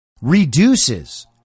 reduces